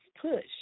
PUSH